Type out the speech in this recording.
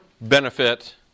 benefit